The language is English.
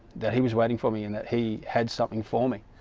that he was waiting for me? and that he, had something for me